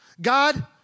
God